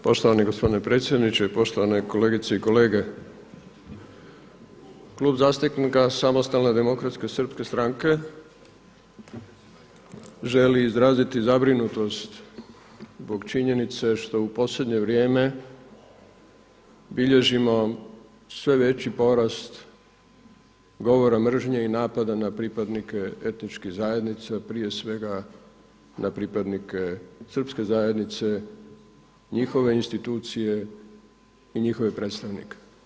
Poštovani gospodine predsjedniče, poštovane kolegice i kolege Klub zastupnika Samostalne demokratske srpske stranke želi izraziti zabrinutost zbog činjenice što u posljednje vrijeme bilježimo sve veći porast govora mržnje i napada na pripadnike etničke zajednice, prije svega na pripadnike Srpske zajednice, njihove institucije i njihove predstavnike.